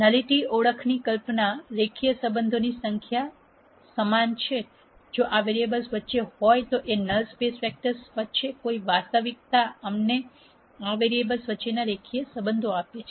nullity ઓળખની કલ્પના રેખીય સંબંધોની સંખ્યા સમાન છે જો આ વેરીએબલ્સ વચ્ચે હોય તો અને નલ સ્પેસ વેક્ટર્સ વચ્ચે કોઈ વાસ્તવિકતા અમને આ વેરીએબલ્સ વચ્ચેના રેખીય સંબંધો આપે છે